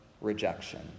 rejection